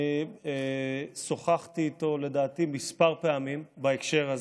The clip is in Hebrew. אני שוחחתי איתו לדעתי כמה פעמים בהקשר הזה,